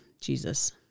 Jesus